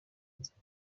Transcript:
nzaba